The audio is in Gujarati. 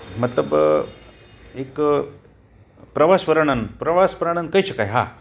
મતલબ એક પ્રવાસ વર્ણન પ્રવાસ વર્ણન કહી શકાય હા